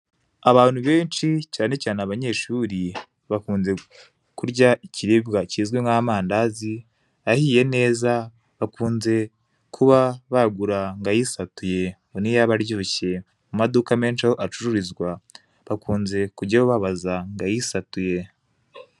Abantu benshi cyane cyane abanyeshuri, bakunze kurya ikiribwa kizwi nk'amandazi, ahiye neza bakunze kuba bagura ngo ayisatuye ngo niyo aba aryoshye, mumaduka menshi aho acururizwa bakunze kujyayo babaza ngo ayisatuye.